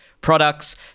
products